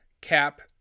cap